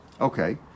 Okay